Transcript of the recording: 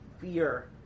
fear